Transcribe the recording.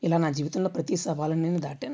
ఇలా నా జీవితంలో ప్రతీ సవాలుని నేను దాటాను